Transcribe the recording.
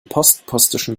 postpostischen